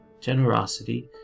generosity